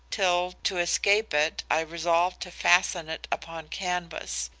till to escape it i resolved to fasten it upon canvas,